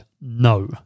no